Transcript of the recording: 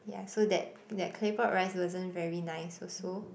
ya so that that clay pot rice wasn't very nice also